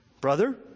Brother